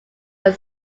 are